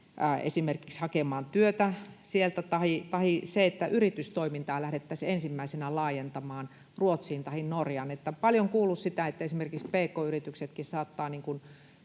esimerkiksi hakemaan työtä sieltä, tahi se, että yritystoimintaa lähdettäisiin ensimmäisenä laajentamaan Ruotsiin tahi Norjaan. Paljon olen kuullut sitä, että esimerkiksi pk-yrityksetkin saattavat